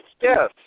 Yes